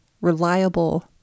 reliable